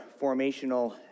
formational